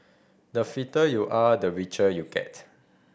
the fitter you are the richer you get